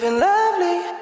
and love me